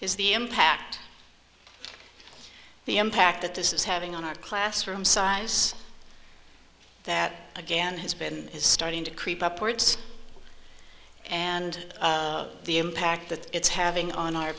is the impact the impact that this is having on our classroom size that again has been is starting to creep up words and the impact that it's having on our